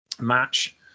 match